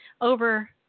over